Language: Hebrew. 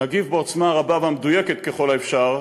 נגיב בעוצמה הרבה והמדויקת ככל האפשר,